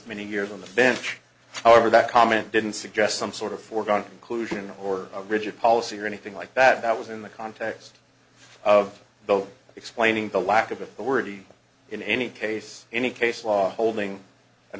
many years on the bench however that comment didn't suggest some sort of foregone conclusion or a rigid policy or anything like that that was in the context of the explaining the lack of the word in any case any case law holding an